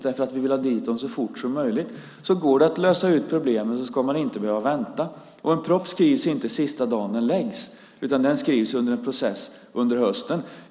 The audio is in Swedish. Vi vill nämligen ha dit helikoptrarna så fort som möjligt. Går det att lösa ut problemen ska man alltså inte behöva vänta. En proposition skrivs inte den dag den läggs fram, utan det är en process under hösten.